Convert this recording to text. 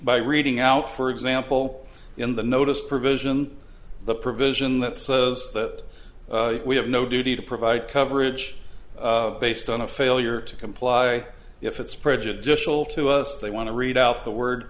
by reading out for example in the notice provision the provision that says that we have no duty to provide coverage based on a failure to comply if it's prejudicial to us they want to read out the word